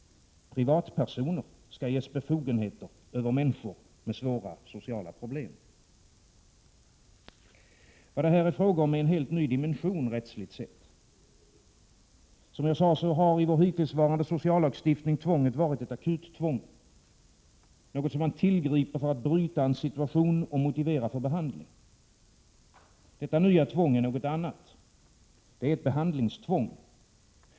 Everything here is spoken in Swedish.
Privatpersoner skall ges befogenheter över människor med svåra sociala problem. Vad det här är fråga om är en helt ny dimension, rättsligt sett. I vår hittillsvarande sociallagstiftning har tvånget som sagt varit ett akuttvång, något som man tillgriper för att bryta en situation och motivera för behandling. Detta nya tvång är något annat — det är ett behandlingstvång.